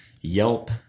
Yelp